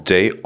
Day